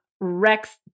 Rex